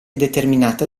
determinata